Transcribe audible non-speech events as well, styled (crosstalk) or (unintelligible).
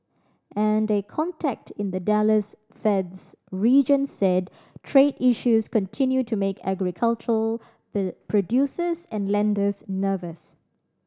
and a contact in the Dallas Fed's region said trade issues continue to make agricultural (unintelligible) producers and lenders nervous